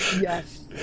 Yes